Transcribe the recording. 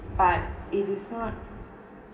but it is not